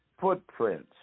footprints